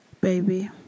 baby